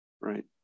Right